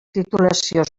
titulació